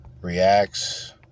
Reacts